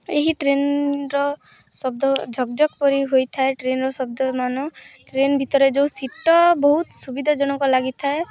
ଏହି ଟ୍ରେନ୍ର ଶବ୍ଦ ଝକ୍ ଝକ୍ ପରି ହୋଇଥାଏ ଟ୍ରେନ୍ର ଶବ୍ଦମାନ ଟ୍ରେନ୍ ଭିତରେ ଯେଉଁ ସିଟ୍ ବହୁତ ସୁବିଧାଜନକ ଲାଗିଥାଏ